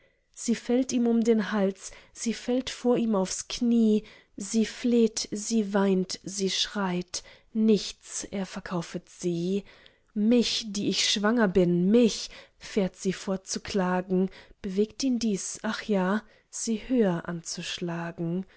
sie fällt ihm um den hals sie fällt vor ihm aufs knie sie fleht sie weint sie schreit nichts er verkaufet sie mich die ich schwanger bin mich fährt sie fort zu klagen bewegt ihn dies ach ja sie höher anzuschlagen